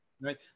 right